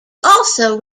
also